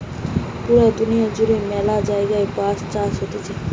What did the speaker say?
পুরা দুনিয়া জুড়ে ম্যালা জায়গায় বাঁশ চাষ হতিছে